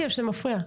זה מפריע.